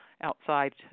outside